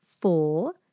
four